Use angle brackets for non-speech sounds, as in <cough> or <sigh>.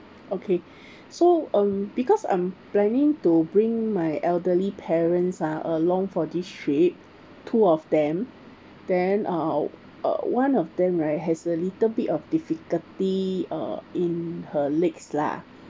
okay <breath> so um because I'm planning to bring my elderly parents ah along for this trip two of them then uh uh one of them right has a little bit of difficulty uh in her legs lah